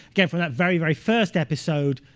again from that very, very first episode